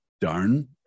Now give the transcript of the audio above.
darn